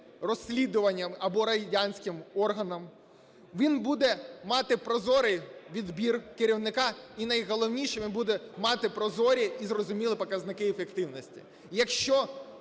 розслідуванням, або радянським органом. Він буде мати прозорий відбір керівника. І найголовніше, він буде мати прозорі і зрозумілі показники ефективності. Якщо